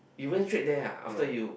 you went straight there ah after you